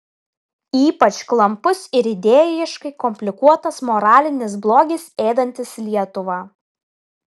ypač klampus ir idėjiškai komplikuotas moralinis blogis ėdantis lietuvą